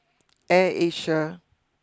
Air Asia